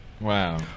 Wow